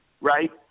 right